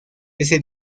ese